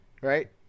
right